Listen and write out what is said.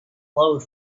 glowed